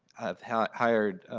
have have hired